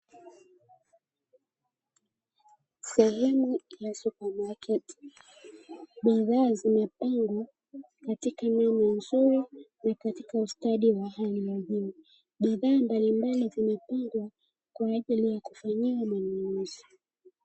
Sehemu ya supamaketi, bidhaa zimepangwa katika namna nzuri na katika ustadi mzuri, bidhaa mbali mbali zimepangwa kwa ajili ya kufanyiwa manunuzi.